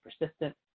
persistent